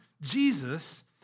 Jesus